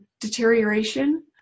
deterioration